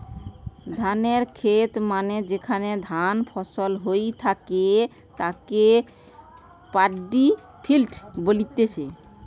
ধানের খেত মানে যেখানে ধান ফসল হই থাকে তাকে পাড্ডি ফিল্ড বলতিছে